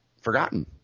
forgotten